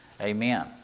Amen